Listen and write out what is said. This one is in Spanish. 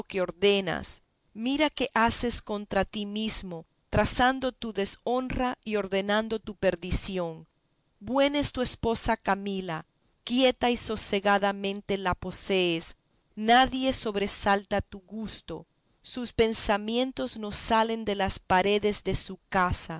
ordenas mira que haces contra ti mismo trazando tu deshonra y ordenando tu perdición buena es tu esposa camila quieta y sosegadamente la posees nadie sobresalta tu gusto sus pensamientos no salen de las paredes de su casa